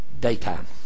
Daytime